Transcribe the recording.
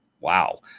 Wow